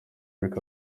eric